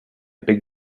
big